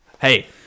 Hey